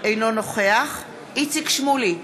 אינו נוכח איציק שמולי,